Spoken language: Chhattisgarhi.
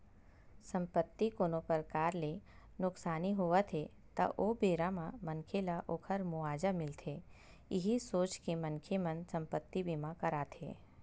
संपत्ति कोनो परकार ले नुकसानी होवत हे ता ओ बेरा म मनखे ल ओखर मुवाजा मिलथे इहीं सोच के मनखे मन संपत्ति बीमा कराथे